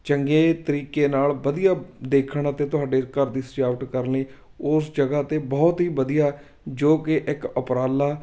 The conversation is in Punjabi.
ਚੰਗੇ ਤਰੀਕੇ ਨਾਲ ਵਧੀਆ ਦੇਖਣ ਅਤੇ ਤੁਹਾਡੇ ਘਰ ਦੀ ਸਜਾਵਟ ਕਰਨ ਲਈ ਉਸ ਜਗ੍ਹਾ 'ਤੇ ਬਹੁਤ ਹੀ ਵਧੀਆ ਜੋ ਕਿ ਇੱਕ ਉਪਰਾਲਾ